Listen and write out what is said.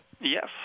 Yes